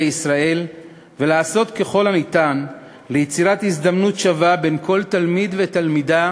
ישראל ולעשות ככל הניתן ליצירת הזדמנות שווה לכל תלמיד ותלמידה